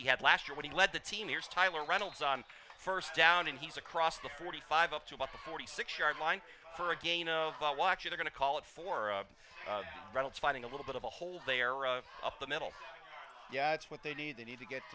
he had last year when he led the team years tyler reynolds on first down and he's across the forty five up to about the forty six yard line for again oh but watches are going to call it for reynolds finding a little bit of a hole they are up the middle yeah that's what they need they need to get